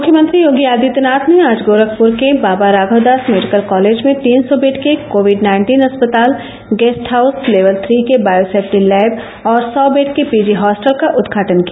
मुख्यमंत्री योगी आदित्यनाथ ने आज गोरखपुर के बाबा राघव दास मेडिकल कॉलेज में तीन सौ बेड के कोविड नाइन्टीन अस्पताल गेस्ट हाउस लेवल श्री के बायोसेपटी लैव और सौ बेड के पीजी हॉस्टल का उदघाटन किया